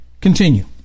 continue